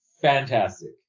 fantastic